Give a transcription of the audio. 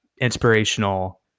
inspirational